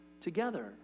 together